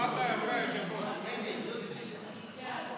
לוועדת הכספים נתקבלה.